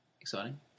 exciting